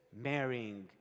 marrying